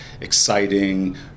exciting